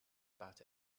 about